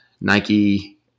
Nike